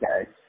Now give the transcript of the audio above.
okay